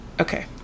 Okay